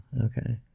Okay